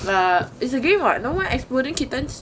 uh it's a game [what] no meh exploding kittens